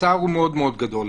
הצער הוא מאוד מאוד גדול.